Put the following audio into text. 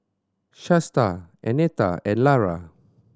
Shasta Annetta and Lara